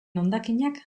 hondakinak